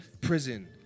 Prison